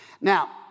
now